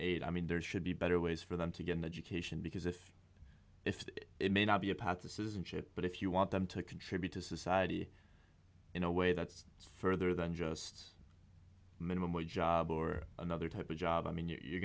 aid i mean there should be better ways for them to get an education because if it's it may not be a path to citizenship but if you want them to contribute to society in a way that's further than just minimum wage job or another type of job i mean you're